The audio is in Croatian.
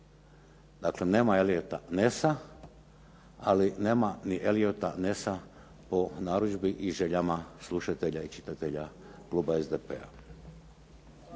Dakle, nema Elliota Nessa ali nema Elliota Nessa u narudžbi i željama slušatelja i čitatelja kluba SDP-a.